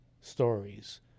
stories